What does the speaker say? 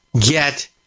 get